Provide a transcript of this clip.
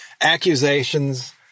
accusations